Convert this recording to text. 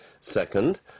Second